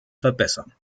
verbessern